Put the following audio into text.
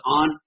on